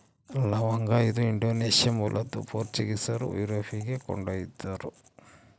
ಲವಂಗ ಇದು ಇಂಡೋನೇಷ್ಯಾ ಮೂಲದ್ದು ಪೋರ್ಚುಗೀಸರು ಯುರೋಪಿಗೆ ಕೊಂಡೊಯ್ದರು